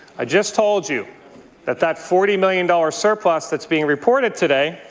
i just told you that that forty million dollars surplus that's being reported today